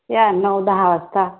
या नऊ दहा वाजता